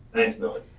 thanks milly.